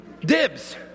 Dibs